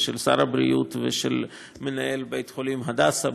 של שר הבריאות ושל מנהל בית-החולים הדסה.